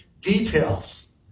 details